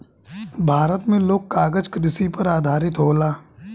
भारत मे लोग कागज कृषि पर आधारित होला